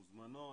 הן מוזמנות.